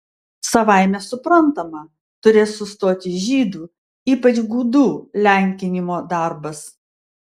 savaime suprantama turės sustoti žydų ypač gudų lenkinimo darbas